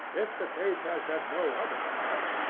if the case has had no other effect,